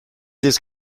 this